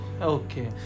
okay